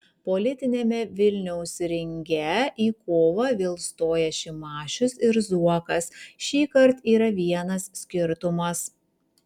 politiniame vilniaus ringe į kovą vėl stoja šimašius ir zuokas šįkart yra vienas skirtumas